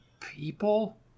people